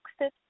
exit